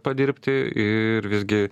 padirbti ir visgi